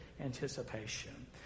Anticipation